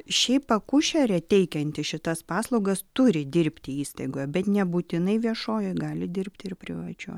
šiaip akušerė teikianti šitas paslaugas turi dirbti įstaigoje bet nebūtinai viešojoj gali dirbti ir privačioj